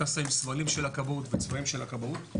טסה עם סמלים של הכבאות וצבעים של הכבאות,